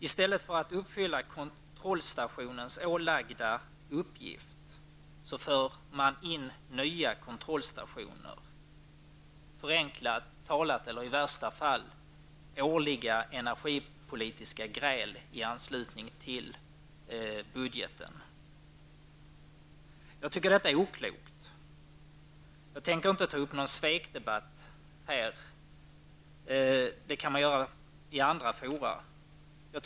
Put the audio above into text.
I stället för att uppfylla kontrollstationens ålagda uppgift för man in nya kontrollstationer, i värsta fall med årliga energipolitiska gräl i anslutning till budgeten. Jag tycker att detta är oklokt. Jag tänker inte ta upp någon svekdebatt här i kammaren. Det kan man göra i andra fora.